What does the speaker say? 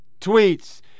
tweets